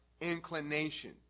inclination